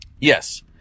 Yes